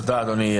תודה אדוני.